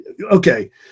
Okay